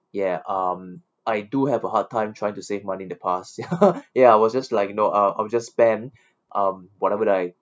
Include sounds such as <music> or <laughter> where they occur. ya um I do have a hard time trying to save money in the past <laughs> ya I was just like you know uh I'll just spend um whatever that I